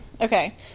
Okay